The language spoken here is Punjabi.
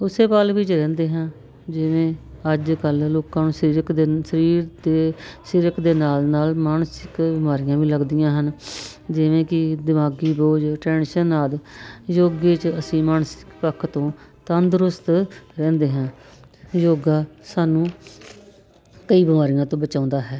ਉਸੇ ਪਲ ਵਿੱਚ ਰਹਿੰਦੇ ਹਾਂ ਜਿਵੇਂ ਅੱਜ ਕੱਲ੍ਹ ਲੋਕਾਂ ਨੂੰ ਸਿਜਕ ਦੇ ਸਰੀਰ ਅਤੇ ਸਰੀਰਕ ਦੇ ਨਾਲ ਨਾਲ ਮਾਨਸਿਕ ਬਿਮਾਰੀਆਂ ਵੀ ਲੱਗਦੀਆਂ ਹਨ ਜਿਵੇਂ ਕਿ ਦਿਮਾਗੀ ਬੋਝ ਟੈਨਸ਼ਨ ਆਦਿ ਯੋਗੇ 'ਚ ਅਸੀਂ ਮਾਨਸਿਕ ਪੱਖ ਤੋਂ ਤੰਦਰੁਸਤ ਰਹਿੰਦੇ ਹਾਂ ਯੋਗਾ ਸਾਨੂੰ ਕਈ ਬਿਮਾਰੀਆਂ ਤੋਂ ਬਚਾਉਂਦਾ ਹੈ